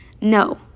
no